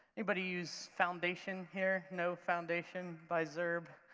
anybody use foundation here, know foundation by zurb?